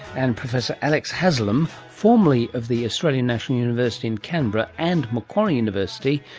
and professor alex haslam, formally of the australian national university in canberra and macquarie university,